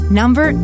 number